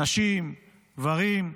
נשים, גברים,